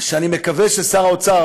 שאני מקווה ששר האוצר,